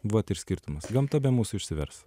vat ir skirtumas gamta be mūsų užsivers